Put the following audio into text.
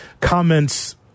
comments